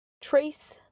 trace